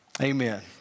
Amen